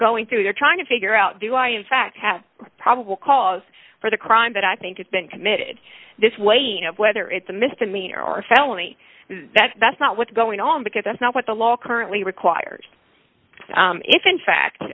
going through they're trying to figure out do i in fact have probable cause for the crime that i think it's been committed this way you know whether it's a misdemeanor or felony that that's not what's going on because that's not what the law currently requires if in fact